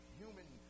human